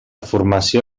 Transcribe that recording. formació